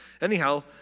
Anyhow